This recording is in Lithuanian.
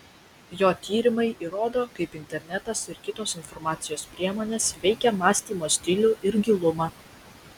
jo tyrimai įrodo kaip internetas ir kitos informacijos priemonės veikią mąstymo stilių ir gilumą